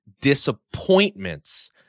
disappointments